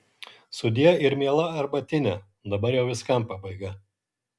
sudie ir miela arbatine dabar jau viskam pabaiga